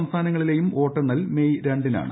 സംസ്ഥാനങ്ങളിലെയും വോട്ടെണ്ണൽ എല്ലാ മെയ് രണ്ടിനാണ്